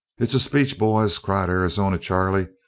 it's a speech, boys, cried arizona charley,